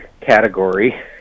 category